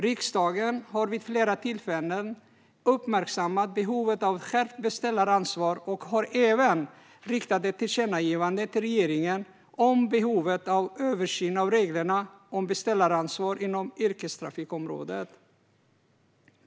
Riksdagen har vid flera tillfällen uppmärksammat behovet av ett skärpt beställaransvar och har även riktat ett tillkännagivande till regeringen om behovet av en översyn av reglerna om beställaransvar inom yrkestrafikområdet.